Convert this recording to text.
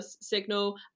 Signal